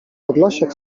podlasiak